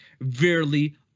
verily